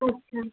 अच्छा